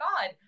god